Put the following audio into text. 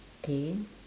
K